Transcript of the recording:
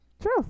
True